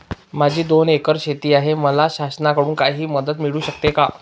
माझी दोन एकर शेती आहे, मला शासनाकडून काही मदत मिळू शकते का?